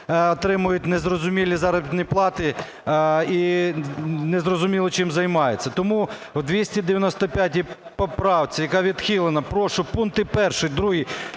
отримують незрозумілі заробітні плати і незрозуміло чим займаються. Тому в 295 поправці, яка відхилена, прошу пункти 1, 2,